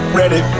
ready